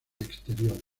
exterior